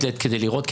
כדי לראות,